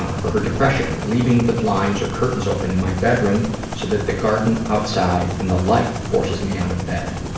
for her depression, leaving the blinds or curtains open in my bedroom so that the garden outside and the light forces me out of bed.